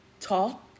talk